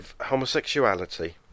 homosexuality